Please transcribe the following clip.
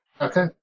Okay